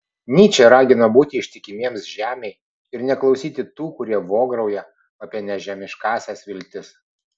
nyčė ragino būti ištikimiems žemei ir neklausyti tų kurie vograuja apie nežemiškąsias viltis